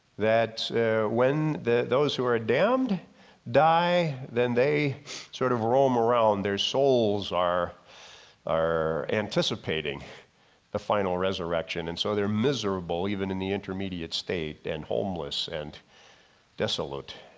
that when the those who are ah damned die, then they sort of roam around their souls are are anticipating the final resurrection and so they're miserable even in the intermediate state and homeless and desolate.